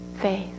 faith